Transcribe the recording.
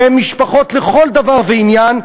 שהן משפחות לכל דבר ועניין,